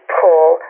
pull